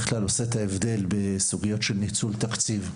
כלל עושה את ההבדל בסוגיות של ניצול תקציב,